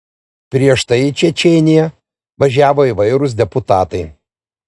prieš tai į čečėniją važiavo įvairūs deputatai